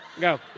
Go